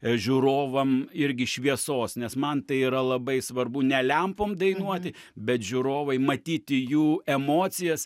žiūrovam irgi šviesos nes man tai yra labai svarbu ne lempom dainuoti bet žiūrovai matyti jų emocijas